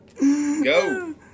Go